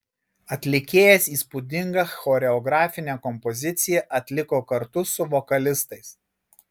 atlikėjas įspūdingą choreografinę kompoziciją atliko kartu su vokalistais